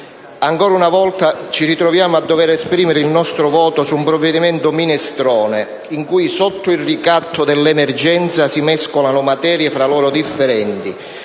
ancora una volta ci ritroviamo a dover esprimere il nostro voto su un provvedimento minestrone, in cui sotto il ricatto dell'emergenza si mescolano materie tra loro differenti.